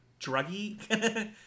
druggy